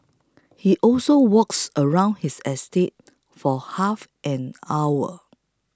he also walks around his estate for half an hour